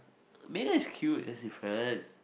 Megan is cute that's different